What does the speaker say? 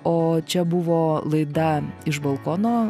o čia buvo laida iš balkono